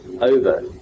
over